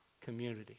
community